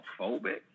homophobic